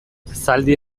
zaldi